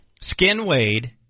skinwade